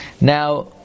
Now